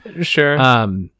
Sure